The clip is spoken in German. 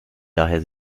daher